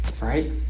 Right